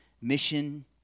mission